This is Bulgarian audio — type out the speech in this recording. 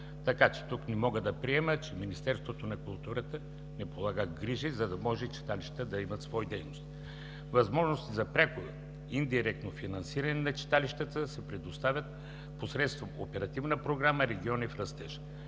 Така че тук не мога да приема, че Министерството на културата не полага грижи, за да може читалищата да имат свои дейности. Възможности за пряко или индиректно финансиране на читалищата се предоставят и посредством Оперативна програма „Региони в растеж”.